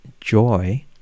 joy